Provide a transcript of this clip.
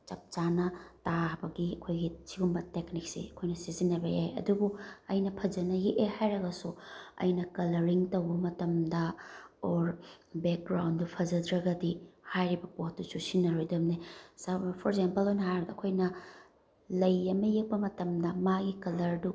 ꯆꯞ ꯆꯥꯅ ꯇꯥꯕꯒꯤ ꯑꯩꯈꯣꯏꯒꯤ ꯁꯤꯒꯨꯝꯕ ꯇꯦꯛꯅꯤꯛꯁꯦ ꯑꯩꯈꯣꯏꯅ ꯁꯤꯖꯤꯟꯅꯕ ꯌꯥꯏ ꯑꯗꯨꯨꯕꯨ ꯑꯩꯅ ꯐꯖꯅ ꯌꯦꯛꯑꯦ ꯍꯥꯏꯔꯒꯁꯨ ꯑꯩꯅ ꯀꯂ꯭ꯔꯔꯤꯡ ꯇꯧꯕ ꯃꯇꯝꯗ ꯑꯣꯔ ꯕꯦꯛꯒ꯭ꯔꯥꯎꯟꯗ ꯐꯖꯗ꯭ꯔꯒꯗꯤ ꯍꯥꯏꯔꯤꯕ ꯄꯣꯠꯇꯣ ꯆꯨꯁꯤꯟꯅꯔꯣꯏꯗꯕꯅꯦ ꯐꯣꯔ ꯑꯦꯖꯥꯝꯄꯜ ꯑꯣꯏꯅ ꯍꯥꯏꯔꯕꯗ ꯑꯩꯈꯣꯏꯅ ꯂꯩ ꯑꯃ ꯌꯦꯛꯄ ꯃꯇꯝꯗ ꯃꯥꯒꯤ ꯀꯂ꯭ꯔꯗꯨ